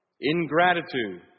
ingratitude